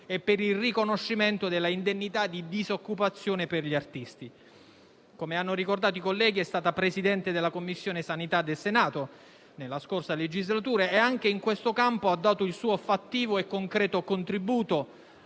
e per il riconoscimento dell'indennità di disoccupazione per gli artisti. Come hanno ricordati i colleghi, è stata Presidente della Commissione igiene e sanità del Senato nella scorsa legislatura e anche in questo campo ha dato il suo fattivo e concreto contributo,